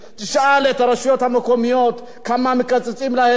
תשאל את הרשויות המקומיות כמה מקצצים להן,